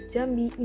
Jambi